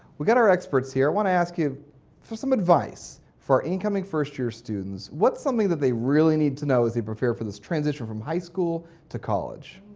we got our experts here. i want to ask you for some advice for incoming first year students. what's something that they really need to know as they prepare for this transition from high school to college?